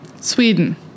Sweden